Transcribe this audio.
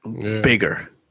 Bigger